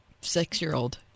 six-year-old